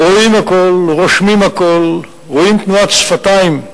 רואים הכול, רושמים הכול, רואים תנועת שפתיים,